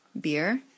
Beer